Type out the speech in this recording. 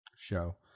show